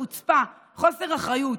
חוצפה, חוסר אחריות.